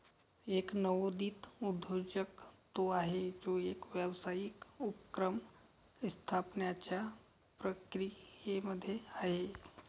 एक नवोदित उद्योजक तो आहे, जो एक व्यावसायिक उपक्रम स्थापण्याच्या प्रक्रियेमध्ये आहे